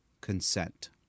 consent